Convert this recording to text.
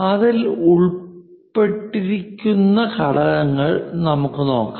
അതിൽ ഉൾപ്പെട്ടിരിക്കുന്ന ഘട്ടങ്ങൾ നമുക്ക് നോക്കാം